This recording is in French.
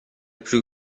plus